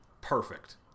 perfect